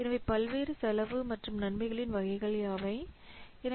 பல்வேறு பல்வேறு செலவு மற்றும் நன்மைகளின் வகைகள் யாவை